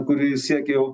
kuri siekė jau